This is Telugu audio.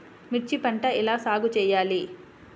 మిర్చి పంట ఎలా సాగు చేయాలి?